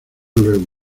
luego